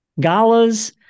galas